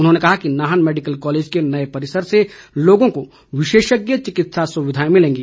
उन्होंने कहा कि नाहन मैडिकल कॉलेज के नए परिसर से लोगों को विशेषज्ञ चिकित्सा सुविधाएं मिलेंगी